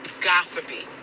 gossipy